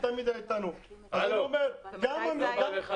לא בא לך טוב.